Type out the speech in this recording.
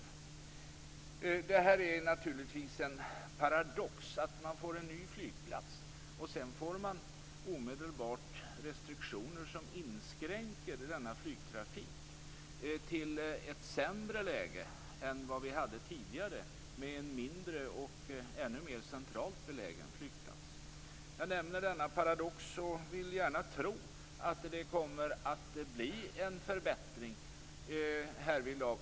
Det är naturligtvis en paradox att man får en ny flygplats och sedan omedelbart får restriktioner som inskränker denna flygtrafik till ett sämre läge än vad vi hade tidigare med en mindre och ännu mer centralt belägen flygplats. Jag nämner denna paradox och vill gärna tro att det kommer att bli en förbättring härvidlag.